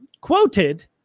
quoted